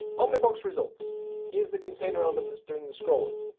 omnibox results is the container element that's doing the scrolling.